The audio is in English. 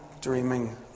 dreaming